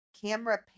camera